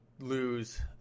lose